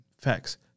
Facts